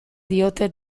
diote